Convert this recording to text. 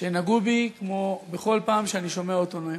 שנגעו בי כמו בכל פעם שאני שומע אותו נואם.